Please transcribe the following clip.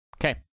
Okay